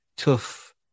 tough